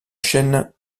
chaîne